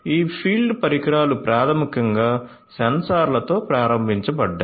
ఈ ఫీల్డ్ పరికరాలు ప్రాథమికంగా సెన్సార్లతో ప్రారంభించబడ్డాయి